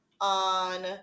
on